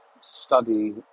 study